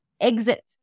exit